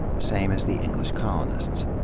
same as the english co lonists.